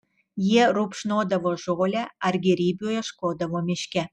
jie rupšnodavo žolę ar gėrybių ieškodavo miške